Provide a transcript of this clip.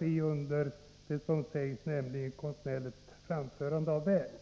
enligt vad som sägs i beslutet, där det talas om konstnärligt framförande av verk.